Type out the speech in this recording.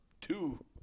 Two